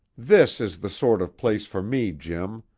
this is the sort of place for me, jim.